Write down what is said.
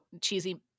cheesy